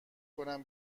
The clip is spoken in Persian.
کنم